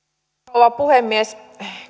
rouva puhemies